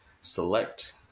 select